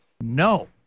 No